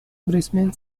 brisbane